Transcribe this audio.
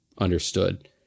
understood